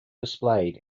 displayed